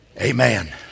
Amen